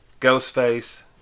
Ghostface